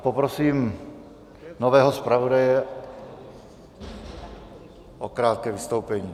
Poprosím nového zpravodaje o krátké vystoupení.